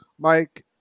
mike